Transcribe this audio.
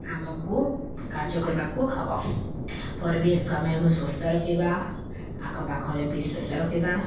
ଆମକୁ କାର୍ଯ୍ୟ କରିବାକୁ ହବ ପରିବେଶ ଆମେ ସୁସ୍ଥ ରଖିବା ଆଖପାଖରେ ବି ସୁସ୍ଥ ରଖିବା